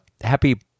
happy